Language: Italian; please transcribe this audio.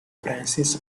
francis